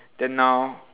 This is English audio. then now